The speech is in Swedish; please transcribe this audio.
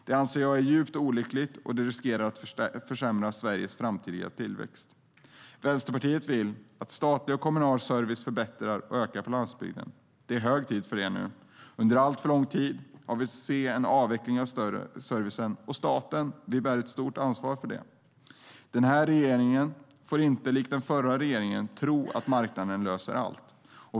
Det anser jag är djupt olyckligt, och det riskerar att försämra Sveriges framtida tillväxt. Vänsterpartiet vill att statlig och kommunal service förbättras och ökar på landsbygden. Det är hög tid för det. Under alltför lång tid har vi fått se en avveckling av servicen, och staten bär ett stort ansvar för det. Den här regeringen får inte likt den förra regeringen tro att marknaden löser allt.